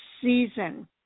season